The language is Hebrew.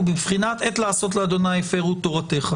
בבחינת "עת לעשות לה' הפרו תורתך".